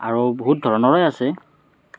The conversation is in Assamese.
আৰু বহুত ধৰণৰে আছে